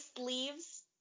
leaves